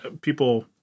people